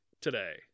today